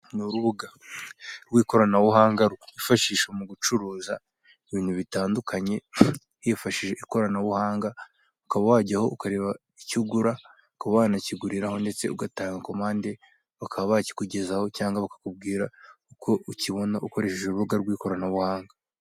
Ni urubuga rw' ikoranabuhanga rw' ifashishwa mu gucuruza ibintu bitandukanye hifashishijwe ikoranabuhanga, ukaba wajyaho ukareba icyo ugura ukaba wanakiguriraho ndetse ugatanga komande bakaba bakikugezaho cyangwa bakakubwira uko ukibona ukoresheje urubuga rw' ikoranabuhanga.